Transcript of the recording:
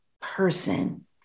person